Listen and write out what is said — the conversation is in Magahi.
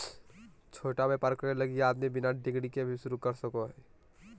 छोटा व्यापर करे लगी आदमी बिना डिग्री के भी शरू कर सको हइ